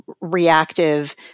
reactive